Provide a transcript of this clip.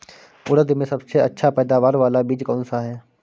उड़द में सबसे अच्छा पैदावार वाला बीज कौन सा है?